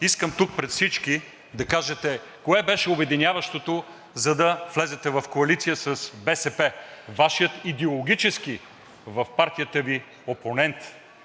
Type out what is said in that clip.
Искам тук пред всички да кажете кое беше обединяващото, за да влезете в коалиция с БСП – Вашия идеологически в партията Ви опонент?